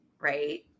right